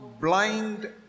blind